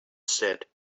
said